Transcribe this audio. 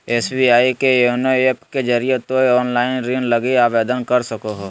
SBI के YONO app के जरिए तोय ऑनलाइन ऋण लगी आवेदन कर सको हो